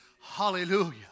Hallelujah